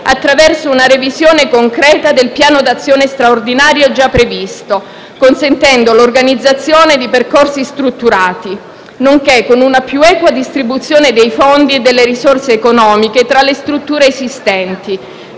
attraverso una revisione concreta del piano d'azione straordinario già previsto, consentendo l'organizzazione di percorsi strutturati nonché una più equa distribuzione dei fondi e delle risorse economiche tra le strutture esistenti,